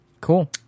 cool